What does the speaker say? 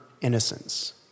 innocence